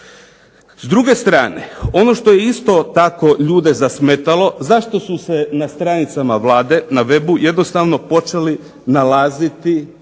S druge strane, ono što je isto tako ljude zasmetalo, zašto su se na stranicama Vlade, na webu jednostavno počele nalaziti